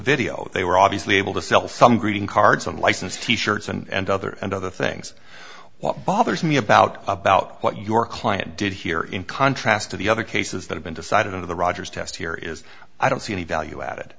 video they were obviously able to sell some greeting cards unlicensed t shirts and other and other things what bothers me about about what your client did here in contrast to the other cases that have been decided out of the rogers test here is i don't see any value a